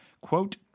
quote